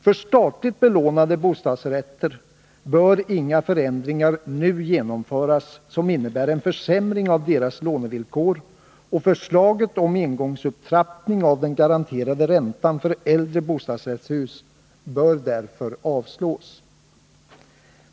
För statligt belånade bostadsrätter bör inga förändringar nu genomföras som innebär en försämring av deras lånevillkor, och förslaget om engångsupptrappning av den garanterade räntan för äldre bostadshus bör därför avslås.